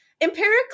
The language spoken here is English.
empirically